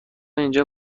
اینجا